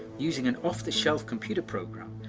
using an off-the-shelf computer programme,